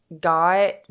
Got